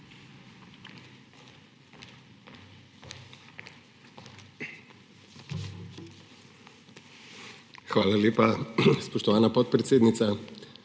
Hvala lepa, spoštovana podpredsednica.